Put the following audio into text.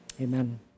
amen